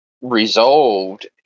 resolved